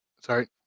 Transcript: Sorry